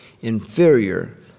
inferior